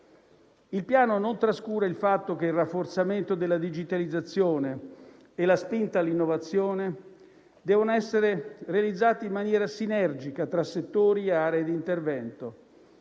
Il Piano non trascura il fatto che il rafforzamento della digitalizzazione e la spinta all'innovazione devono essere realizzati in maniera sinergica tra settori e aree di intervento.